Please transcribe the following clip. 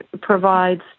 provides